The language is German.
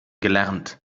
gelernt